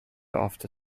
after